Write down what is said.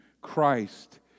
Christ